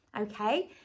okay